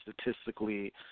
statistically